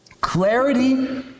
Clarity